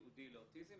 ייעודי לאוטיזם,